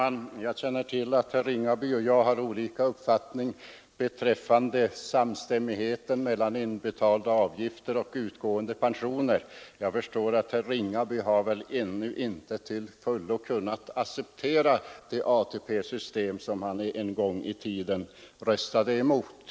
Herr talman! Jag känner till att herr Ringaby och jag har olika uppfattningar beträffande samstämmigheten mellan inbetalda avgifter och utbetalda pensioner. Jag förstår att herr Ringaby ännu inte till fullo har kunnat acceptera det ATP-system som han en gång i tiden röstade emot.